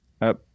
Up